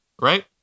Right